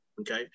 okay